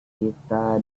kita